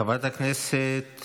חבר הכנסת